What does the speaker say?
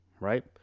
Right